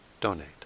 donate